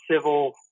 civil